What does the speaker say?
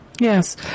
Yes